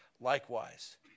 likewise